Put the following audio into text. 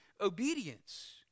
obedience